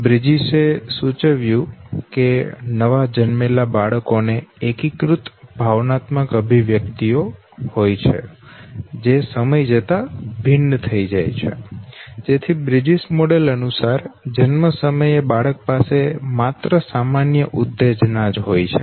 bridges એ સૂચવ્યું કે નવા જન્મેલા બાળકો ને એકીકૃત ભાવનાત્મક અભિવ્યક્તિઓ હોય છે જે સમય જતા ભિન્ન થઈ જાય છે તેથી બ્રિજિસ મોડલ અનુસાર જન્મ સમયે બાળક પાસે માત્ર સામાન્ય ઉત્તેજના જ હોય છે